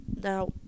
now